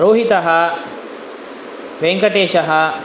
रोहितः वेङ्कटेशः